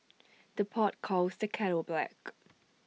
the pot calls the kettle black